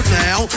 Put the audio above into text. now